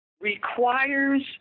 requires